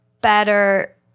better